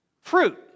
Fruit